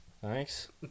Thanks